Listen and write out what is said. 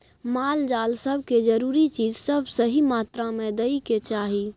माल जाल सब के जरूरी चीज सब सही मात्रा में दइ के चाही